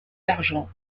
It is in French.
d’argent